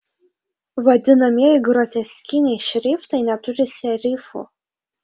vadinamieji groteskiniai šriftai neturi serifų